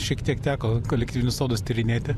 šiek tiek teko kolektyvinius sodus tyrinėti